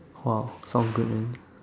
!wow! sounds good man